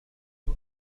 إلى